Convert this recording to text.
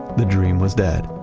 the dream was dead.